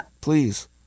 please